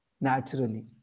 naturally